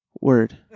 Word